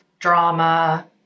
drama